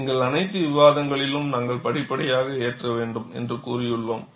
எங்கள் அனைத்து விவாதங்களிலும் நாங்கள் படிப்படியாக ஏற்ற வேண்டும் என்று கூறியுள்ளோம்